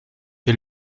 est